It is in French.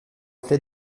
reflet